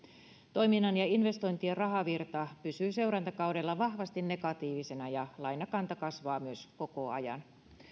toiminnan ja investointien rahavirta pysyy seurantakaudella vahvasti negatiivisena ja myös lainakanta kasvaa koko ajan